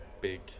big